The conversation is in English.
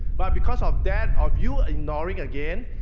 but because of that, of you ignoring again,